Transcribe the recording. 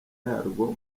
yarwo